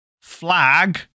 flag